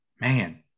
man